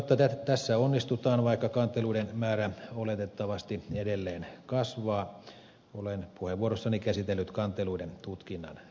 jotta tässä onnistutaan vaikka kanteluiden määrä oletettavasti edelleen kasvaa olen puheenvuorossani käsitellyt kanteluiden tutkinnan perusteita